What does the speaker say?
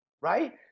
right